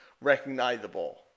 recognizable